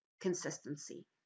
consistency